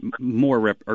more –